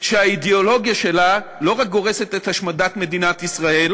שהאידיאולוגיה שלה לא רק גורסת את השמדת מדינת ישראל,